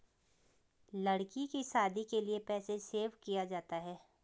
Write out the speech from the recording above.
लड़की की शादी के लिए पैसे सेव किया जाता है